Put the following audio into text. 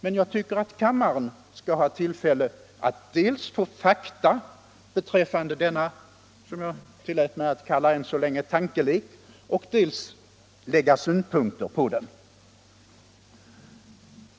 Men jag tycker att kammaren skall ha tillfälle att dels få fakta beträffande denna tankelek, som jag tillät mig att än så länge kalla den, dels lägga synpunkter på den.